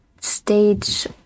stage